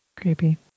Creepy